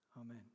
Amen